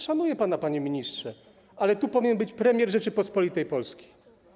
Szanuję pana, panie ministrze, ale tutaj powinien być premier Rzeczypospolitej Polskiej.